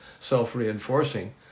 self-reinforcing